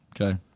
Okay